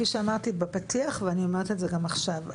כפי שאמרתי בפתיח ואני אומרת את זה גם עכשיו.